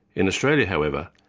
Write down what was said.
in australia however,